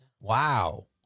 Wow